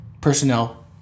personnel